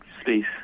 space